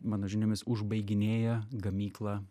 mano žiniomis užbaiginėja gamyklą